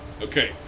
okay